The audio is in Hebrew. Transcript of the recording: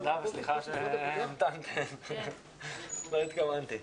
עוד דקה השעה 16:00 ואנחנו צריכים להתכנס למליאה.